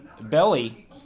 belly